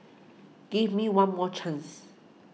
give me one more chance